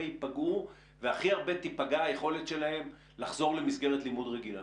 ייפגעו והכי הרבה תיפגע היכולת שלהם לחזור למסגרת לימוד רגילה?